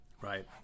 Right